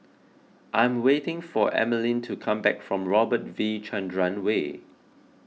I am waiting for Emaline to come back from Robert V Chandran Way